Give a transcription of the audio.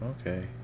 okay